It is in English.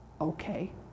Okay